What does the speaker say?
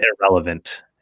irrelevant